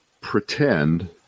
pretend